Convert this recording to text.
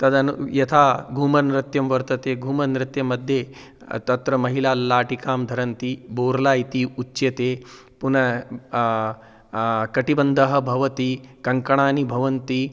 तदनु यथा घुमर्नृत्यं वर्तते घुमर्नृत्यं मध्ये तत्र महिलाः लाठिकां धरन्ति बोरला इति उच्यते पुनः कटिबन्धः भवति कङ्कणानि भवन्ति